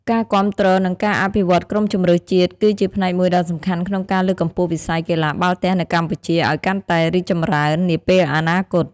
ការគាំទ្រ និងការអភិវឌ្ឍក្រុមជម្រើសជាតិគឺជាផ្នែកមួយដ៏សំខាន់ក្នុងការលើកកម្ពស់វិស័យកីឡាបាល់ទះនៅកម្ពុជាឱ្យកាន់តែរីកចម្រើននាពេលអនាគត។